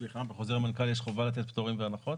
סליחה, בחוזר מנכ"ל יש חובה לתת פטורים והנחות?